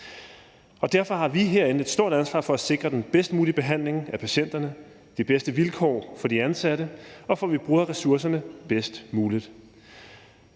derfor har vi herinde et stor ansvar for at sikre den bedst mulige behandling af patienterne, de bedste vilkår for de ansatte og for, at vi bruger ressourcerne bedst muligt.